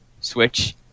Switch